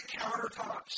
countertops